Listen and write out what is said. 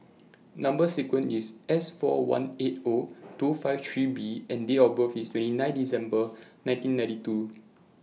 Number sequence IS S four one eight Zero two five three B and Date of birth IS twenty nine December nineteen ninety two